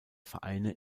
vereine